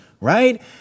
right